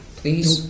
please